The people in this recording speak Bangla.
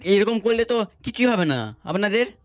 এরকম করলে তো কিছুই হবে না আপনাদের